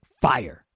fire